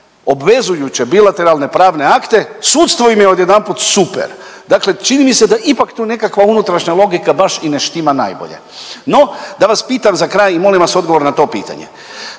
obvezujuće bilateralne pravne akte sudstvo im je odjedanput super. Dakle, čini mi se da ipak tu nekakva unutrašnja logika baš i ne štima najbolje. No, da vas pitam za kraj i molim vas odgovor na to pitanje.